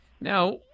now